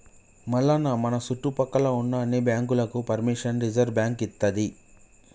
మల్లన్న మన సుట్టుపక్కల ఉన్న అన్ని బాంకులకు పెర్మిషన్ రిజర్వ్ బాంకు ఇత్తది